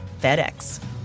FedEx